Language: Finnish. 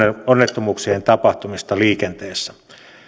onnettomuuksien tapahtumista liikenteessä